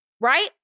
Right